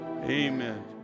Amen